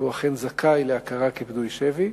והוא אכן זכאי להכרה כפדוי שבי,